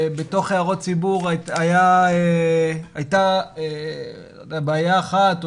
בתוך הערות ציבור הייתה בעיה אחת או